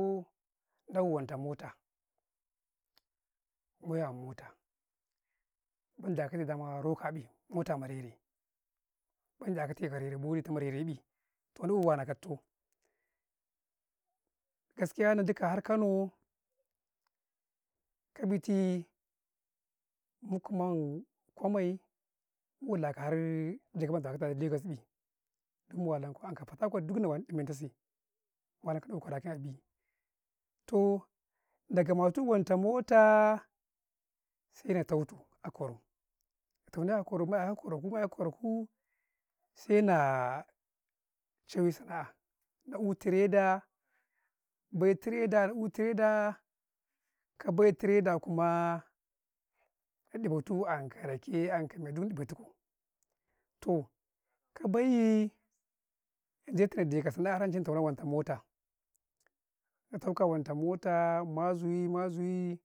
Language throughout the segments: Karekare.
﻿o yan wen tau mata, wentau mota, wen da gatay, daa rokai mota ma reray, men jakatai ka reray boditau ma reray ნi toh na'i wanau ka dutau jire gaskia nan dukaw har kano kab bitii, mu kuman gwammay, mu walaa kau jakagata, dakau da lagos ნi mu walankau har anka phorthacourt duk na men tasi, mu walankau mu yan ko rakwa ro agi, toh na gamatu wenta motaa, sai na tautu a kwarau, na taunau a kwarau ma'yaka kwaraku, yaka kwaraku sai naa cawuu, sana'ah, na'uu trader bay trader, na'uu trader, ka bay trader kumaa, na du batuu, anka rake, anka mai du ma betuku, toh ka bay, na detu na de ka sana'ah, har ance, nataunau anka mota, nataukau anka motaa, mazuyi -mazuyi,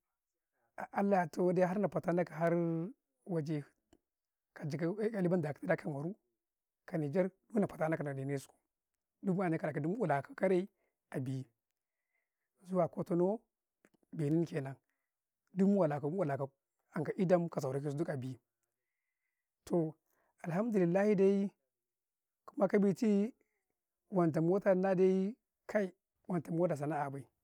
a'Allata wadiyaa, har na fatanakaa har mala, ka jagau 'yan 'yan1afa ka maruu, ka nijer, gid na fata nakau na ne nesuku, du mu ya nan kaw, rakum, duk mu'ulakau karee abii, mu-yakau kwatanau, benu kenan, du mu wulakau, anka idam ka saurasu gid abii, toh alhamdulillahi dai, kuma ka bitii, wentau mota Nna dai kai wentau mota sana'ah bay.